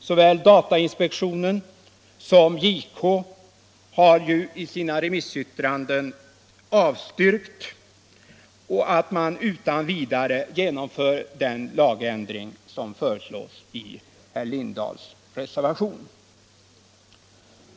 Såväl datainspektionen som JK har ju i sina remissyttranden 120 avstyrkt att man utan vidare genomför den lagändring som föreslås i herr Lindahls reservation.